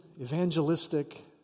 evangelistic